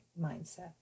mindset